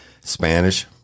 Spanish